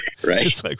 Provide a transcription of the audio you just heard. Right